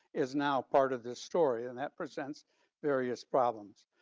is now part of this story and that presents various problems.